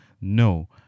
No